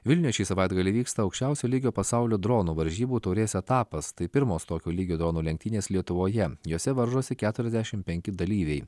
vilniuje šį savaitgalį vyksta aukščiausio lygio pasaulio dronų varžybų taurės etapas tai pirmos tokio lygio dronų lenktynės lietuvoje jose varžosi keturiasdešimt penki dalyviai